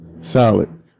solid